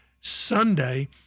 Sunday